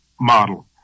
model